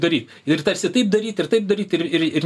daryt ir tarsi taip daryt ir taip daryt ir ir ir